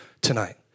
tonight